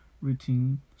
routine